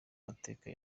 mateka